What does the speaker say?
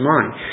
mind